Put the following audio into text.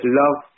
love